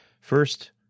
first